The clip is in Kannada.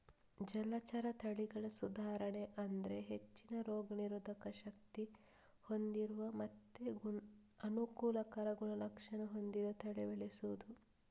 ಜಲಚರ ತಳಿಗಳ ಸುಧಾರಣೆ ಅಂದ್ರೆ ಹೆಚ್ಚಿನ ರೋಗ ನಿರೋಧಕ ಶಕ್ತಿ ಹೊಂದಿರುವ ಮತ್ತೆ ಅನುಕೂಲಕರ ಗುಣಲಕ್ಷಣ ಹೊಂದಿದ ತಳಿ ಬೆಳೆಸುದು